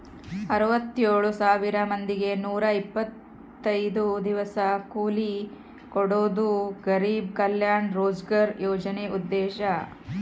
ಅರವತ್ತೆಳ್ ಸಾವಿರ ಮಂದಿಗೆ ನೂರ ಇಪ್ಪತ್ತೈದು ದಿವಸ ಕೂಲಿ ಕೊಡೋದು ಗರಿಬ್ ಕಲ್ಯಾಣ ರೋಜ್ಗರ್ ಯೋಜನೆ ಉದ್ದೇಶ